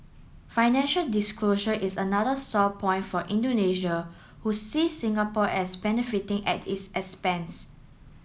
financial disclosure is another sore point for Indonesia who sees Singapore as benefiting at its expense